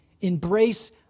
Embrace